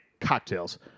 cocktails